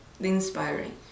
inspiring